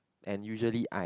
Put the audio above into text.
and usually I